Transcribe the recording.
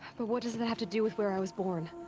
but what does that have to do with where i was born?